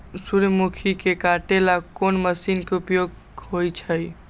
सूर्यमुखी के काटे ला कोंन मशीन के उपयोग होई छइ?